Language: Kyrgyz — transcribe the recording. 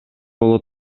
боло